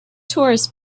tourists